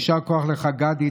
יישר כוח לך, גדי.